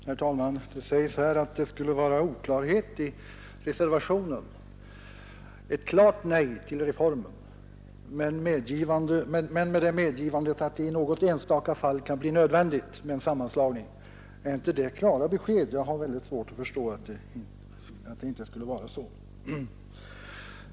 Herr talman! Det har sagts här att reservationen är oklar, men den innebär ju ett klart nej till reformen med tillägget att det i något enstaka fall kan bli nödvändigt med en sammanslagning. Är det inte klara besked? Jag har väldigt svårt att förstå att det inte skulle vara det.